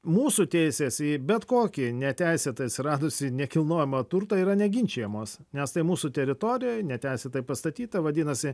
mūsų teisės į bet kokį neteisėtai atsiradusį nekilnojamą turtą yra neginčijamos nes tai mūsų teritorijoj neteisėtai pastatyta vadinasi